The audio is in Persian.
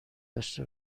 داشته